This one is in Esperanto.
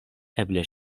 eble